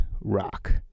rock